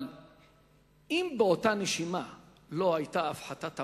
אבל אם לא היתה באותה נשימה הפחתת המס,